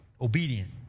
obedient